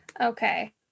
Okay